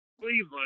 Cleveland